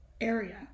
area